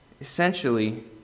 Essentially